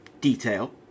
detail